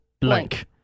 blank